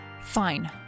Fine